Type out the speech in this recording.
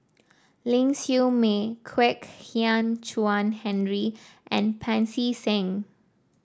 Ling Siew May Kwek Hian Chuan Henry and Pancy Seng